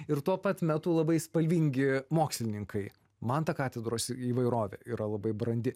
ir tuo pat metu labai spalvingi mokslininkai man tą katedros įvairovė yra labai brandi